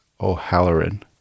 O'Halloran